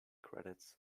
credits